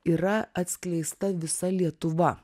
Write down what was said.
yra atskleista visa lietuva